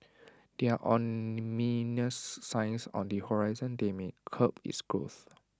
there are ominous signs on the horizon that may curb its growth